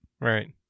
Right